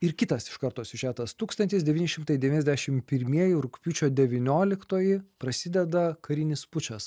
ir kitas iš karto siužetas tūkstantis devyni šimtai devyniasdešim pirmieji rugpjūčio devynioliktoji prasideda karinis pučas